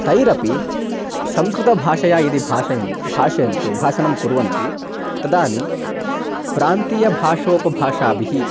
तैरपि संस्कृतभाषया यदि भाषयन् भाषन्ते भाषणं कुर्वन्ति तदानीं प्रान्तीयभाषोपभाषाभिः